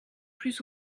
plus